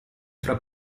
fra